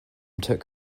took